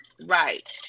Right